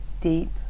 deep